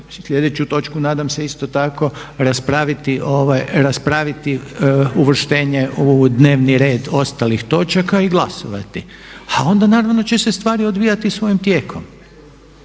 sljedeću točku nadam se isto tako raspraviti uvrštenje u dnevni red ostalih točaka i glasovati a onda naravno će se stvari odvijati svojim tijekom.